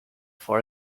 for